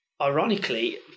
ironically